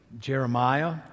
Jeremiah